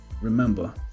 remember